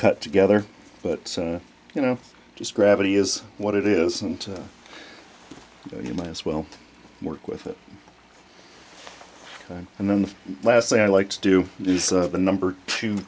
cut together but you know just gravity is what it is and you might as well work with it and then the last thing i'd like to do is the number two